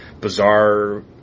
bizarre